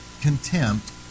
contempt